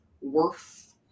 worth